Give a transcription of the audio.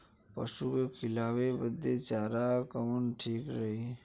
पशु के खिलावे बदे चारा कवन ठीक रही?